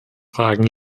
fragen